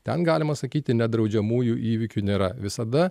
ten galima sakyti nedraudžiamųjų įvykių nėra visada